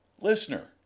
Listener